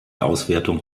auswertung